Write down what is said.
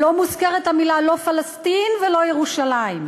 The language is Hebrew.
לא מוזכרות המילים "פלסטין" ו"ירושלים".